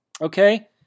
Okay